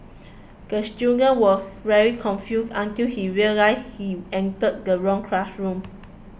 the student was very confused until he realised he entered the wrong classroom